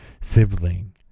sibling